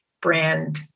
brand